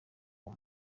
uwo